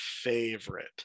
favorite